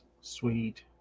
Sweet